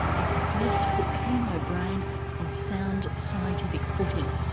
is the first to put chemobrain on sound scientific footing.